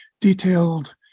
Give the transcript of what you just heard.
detailed